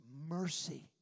mercy